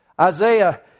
Isaiah